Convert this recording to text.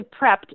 prepped